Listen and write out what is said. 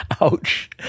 Ouch